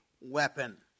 weapon